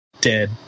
Dead